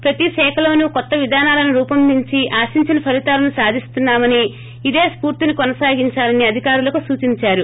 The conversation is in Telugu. ప్రతీ శాఖలోనూ కొత్త విధానాలను రూపొందించి ఆశించిన ఫలీతాలను సాధిస్తున్నామని ఇదే స్పూర్తిని కొనసాగించాలని అధికారులకు సూచించారు